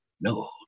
No